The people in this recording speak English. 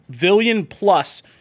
billion-plus